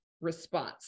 response